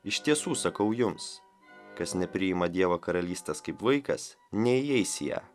iš tiesų sakau jums kas nepriima dievo karalystės kaip vaikas neįeis į ją